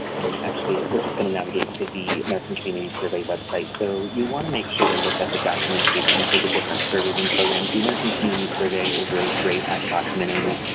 and actually i'm just going to navigate to the american community survey website. so, you want to make sure to look at the documentation for the different surveys and programs. the american community survey is really great at documenting